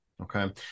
Okay